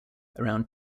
around